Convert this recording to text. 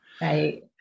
Right